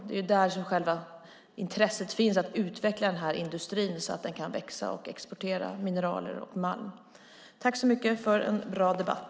Det är där som intresset finns att utveckla industrin så att den kan växa och exportera mineraler och malm. Tack så mycket för en bra debatt!